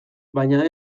baina